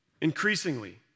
increasingly